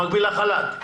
במקביל לחל"ת,